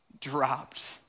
dropped